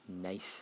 Nice